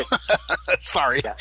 sorry